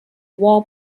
wall